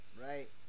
right